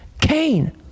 Cain